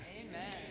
amen